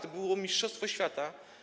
To byłoby mistrzostwo świata.